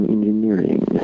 Engineering